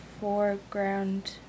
foreground